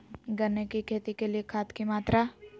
गन्ने की खेती के लिए खाद की मात्रा?